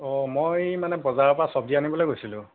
অঁ মই মানে বজাৰৰ পৰা চব্জি আনিবলৈ গৈছিলোঁ